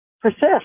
persist